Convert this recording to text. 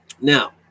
Now